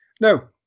No